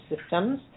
systems